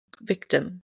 Victim